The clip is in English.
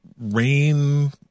Rain